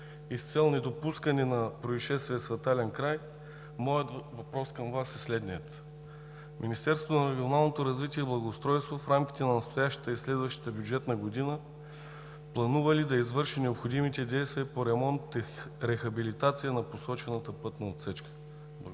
с цел недопускане на произшествия с летален край, моят въпрос към Вас е следният: Министерството на регионалното развитие и благоустройството в рамките на настоящата и следващата бюджетна година планува ли да извърши необходимите действия по ремонт и рехабилитация на посочената пътна отсечка? Благодаря.